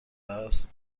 است